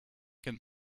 can